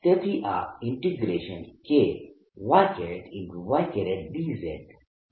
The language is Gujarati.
તેથી આ K y